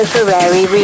Ferrari